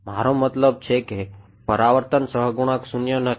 મારો મતલબ છે કે પરાવર્તન સહગુણક શૂન્ય પરાવર્તન નથી